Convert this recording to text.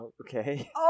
okay